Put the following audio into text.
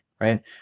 right